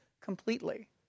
completely